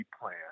plan